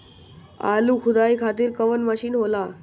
आलू खुदाई खातिर कवन मशीन होला?